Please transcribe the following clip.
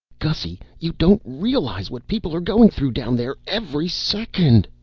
gussy, you don't realize what people are going through down there every second.